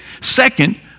Second